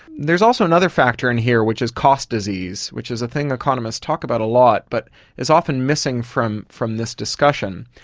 there's also another factor in here which is cost disease, which is a thing economists talk about a lot but is often missing from from this discussion.